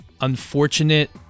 unfortunate